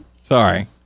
Sorry